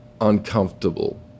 uncomfortable